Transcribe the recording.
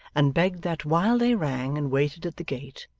and begged that, while they rang and waited at the gate,